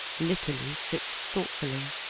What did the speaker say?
litterly sits thoughtfully.